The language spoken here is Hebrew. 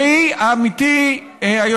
והיא, עמיתי היושב-ראש,